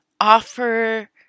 offer